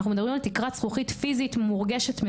אנחנו מדברים על תקרת זכוכית פיזית מורגשת,